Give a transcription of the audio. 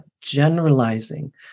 generalizing